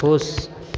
खुश